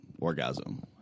orgasm